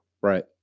right